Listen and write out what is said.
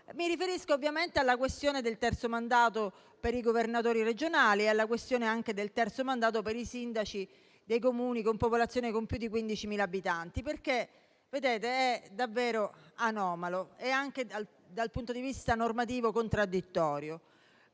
Mi riferisco, ovviamente, alla questione del terzo mandato per i governatori regionali e alla questione del terzo mandato per i sindaci dei Comuni con popolazione superiore ai 15.000 abitanti. È davvero anomalo e, dal punto di vista normativo, contraddittorio